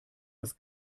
das